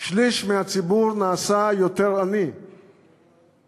שליש מהציבור נעשה יותר עני ב-2013,